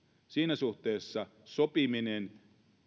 siinä suhteessa sopiminen